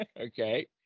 Okay